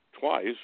Twice